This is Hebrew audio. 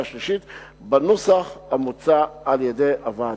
שלישית בנוסח המוצע על-ידי הוועדה.